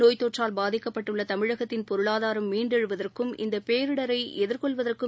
நோய்த்தொற்றால் பாதிக்கப்பட்டுள்ளதமிழகத்தின் பொருளாதாரம் மீண்டெழுவதற்கும் இந்தபேரிடரைஎதிர்கொள்வதற்கும்